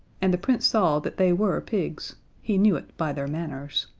and the prince saw that they were pigs he knew it by their manners.